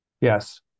Yes